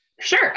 sure